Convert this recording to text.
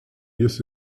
jis